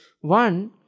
one